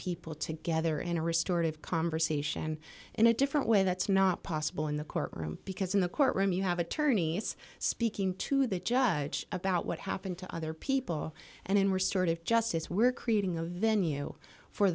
people together in a restored of conversation in a different way that's not possible in the courtroom because in the courtroom you have attorneys speaking to the judge about what happened to other people and and we're sort of justice we're creating a venue for